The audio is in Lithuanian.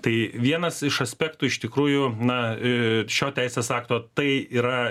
tai vienas iš aspektų iš tikrųjų na šio teisės akto tai yra